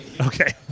Okay